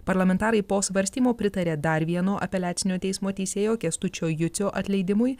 parlamentarai po svarstymo pritarė dar vieno apeliacinio teismo teisėjo kęstučio jucio atleidimui